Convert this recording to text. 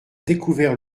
découvert